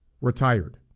retired